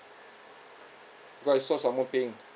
cause I saw someone paying